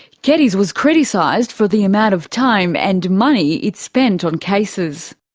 keddies was criticised for the amount of time and money it spent on cases.